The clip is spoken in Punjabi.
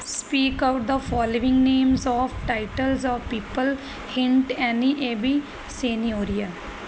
speak out the following names of titles of people hint ਐਨੀਏਬੀ ਸੇਨਓਰੀਆਂ